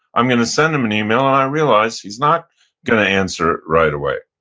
i'm going to send him an email, and i realize he's not going to answer it right away.